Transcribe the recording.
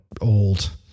old